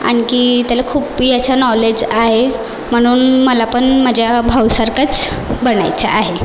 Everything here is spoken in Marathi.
आणखी त्याला खूप याचं नॉलेज आहे म्हणून मला पण माझ्या भाऊ सारखंच बनायचं आहे